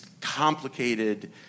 complicated